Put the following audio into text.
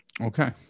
Okay